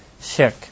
shirk